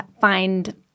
find